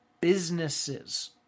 businesses